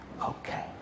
Okay